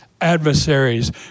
adversaries